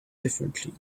differently